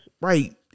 Right